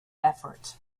effort